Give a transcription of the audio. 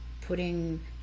putting